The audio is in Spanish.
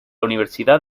universidad